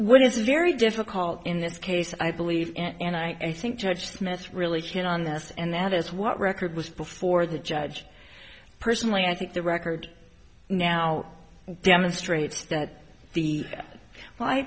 what is very difficult in this case i believe and i think judge smith's religion on this and that is what record was before the judge personally i think the record now demonstrates that the well i